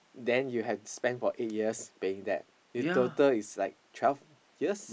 then you have to spend for eight years paying that in total it's like twelve years